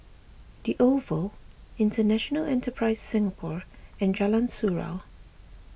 the Oval International Enterprise Singapore and Jalan Surau